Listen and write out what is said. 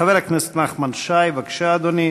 חבר הכנסת נחמן שי, בבקשה, אדוני.